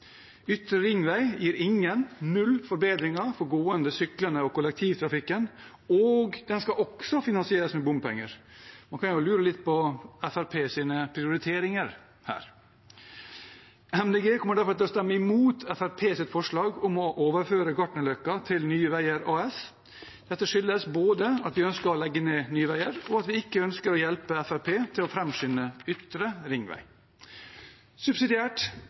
Ytre ringvei gir ingen – null – forbedringer for gående, syklende og kollektivtrafikken, og den skal også finansieres med bompenger. Man kan jo lure litt på Fremskrittspartiets prioriteringer her. Miljøpartiet De Grønne kommer derfor til å stemme mot Fremskrittspartiets forslag om å overføre Gartnerløkka til Nye Veier AS. Dette skyldes både at vi ønsker å legge ned Nye Veier, og at vi ikke ønsker å hjelpe Fremskrittspartiet til å framskynde Ytre ringvei. Subsidiært